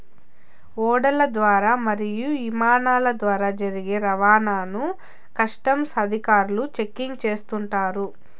ఓడల ద్వారా మరియు ఇమానాల ద్వారా జరిగే రవాణాను కస్టమ్స్ అధికారులు చెకింగ్ చేస్తుంటారు